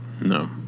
No